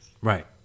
Right